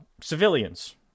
civilians